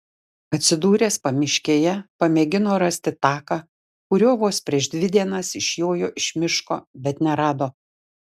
atsidūręs pamiškėje pamėgino rasti taką kuriuo vos prieš dvi dienas išjojo iš miško bet nerado